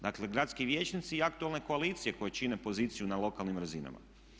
Dakle, gradski vijećnici i aktualne koalicije koje čine poziciju na lokalnim razinama.